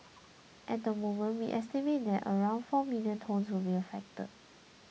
at the moment we estimate that around four million tonnes will be affected